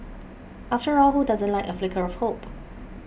after all who doesn't like a flicker of hope